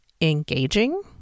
engaging